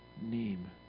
name